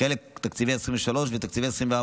חלק מתקציבי 2023 וחלק מתקציבי 2024,